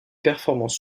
performance